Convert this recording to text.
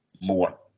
more